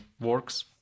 works